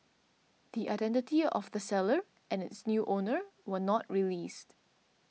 the identity of the seller and its new owner were not released